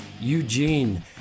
Eugene